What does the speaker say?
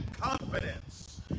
confidence